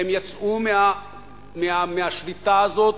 והם יצאו מהשביתה הזאת